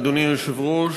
אדוני היושב-ראש,